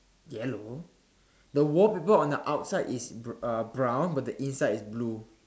yellow the wallpaper on the outside is b~ uh brown but the inside is blue